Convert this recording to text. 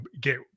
get